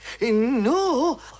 No